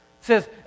says